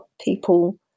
people